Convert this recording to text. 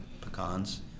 pecans